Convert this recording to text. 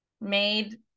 made